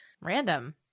Random